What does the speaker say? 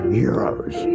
heroes